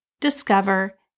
discover